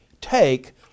take